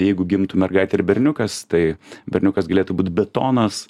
jeigu gimtų mergaitė ir berniukas tai berniukas galėtų būt betonas